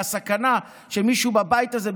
והסכנה היא שמישהו בבית הזה,